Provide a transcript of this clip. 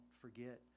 forget